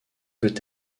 peut